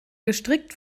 gestrickt